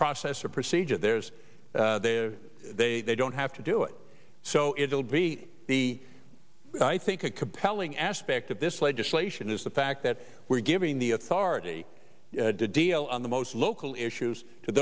process or procedure there's the they don't have to do it so it will be the i think a compelling aspect of this legislation is the fact that we're giving the authority to deal on the most local issues to